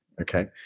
Okay